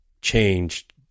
changed